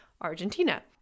Argentina